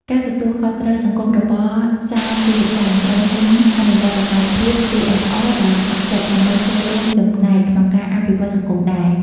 ការទទួលខុសត្រូវសង្គមរបស់សាជីវកម្ម ក្រុមហ៊ុនអនុវត្តសកម្មភាព សុី អេស អរ ដោយស្ម័គ្រចិត្ត ដើម្បីចូលរួមចំណែកក្នុងការអភិវឌ្ឍសង្គមដែរ ។